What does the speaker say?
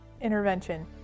Intervention